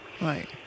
Right